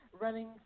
running